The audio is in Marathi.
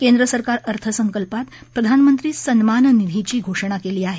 केंद्रसरकार अर्थसंकल्पात प्रधानमंत्री सन्मान निधीची घोषणा केली आहे